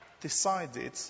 decided